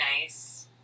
Nice